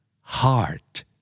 Heart